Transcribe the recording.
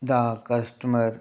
the customer